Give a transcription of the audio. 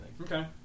Okay